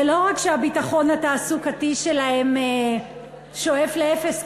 זה לא רק שהביטחון התעסוקתי שלהם שואף לאפס,